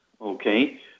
okay